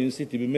אני ניסיתי באמת